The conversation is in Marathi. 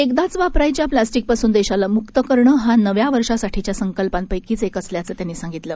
एकदाचवापरायच्याप्लास्टिकपासूनदेशालामुक्तकरणं हानव्यावर्षासाठीच्यासंकल्पांपैकीचएकअसल्याचंत्यांनीसांगितलं